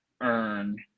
earn